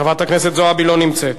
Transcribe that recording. חברת הכנסת זועבי, לא נמצאת.